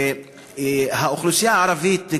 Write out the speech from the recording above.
האוכלוסייה הערבית,